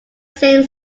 same